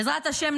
בעזרת השם,